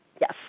Yes